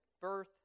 birth